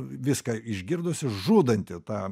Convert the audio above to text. viską išgirdusi žudanti tą